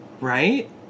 right